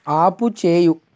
ఆపుచేయు